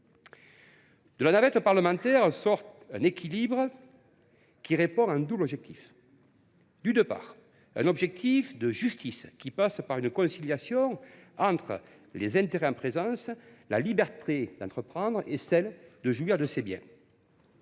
De la navette parlementaire sort un texte d’équilibre, qui répond à un double objectif : d’une part, un objectif de justice, qui passe par une conciliation entre les intérêts en présence, la liberté d’entreprendre et celle de jouir de ses biens